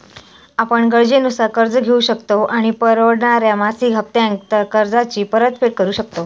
आपण गरजेनुसार कर्ज घेउ शकतव आणि परवडणाऱ्या मासिक हप्त्त्यांत कर्जाची परतफेड करु शकतव